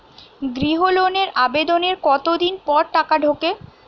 গৃহ লোনের আবেদনের কতদিন পর টাকা ঢোকে?